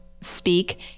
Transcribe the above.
speak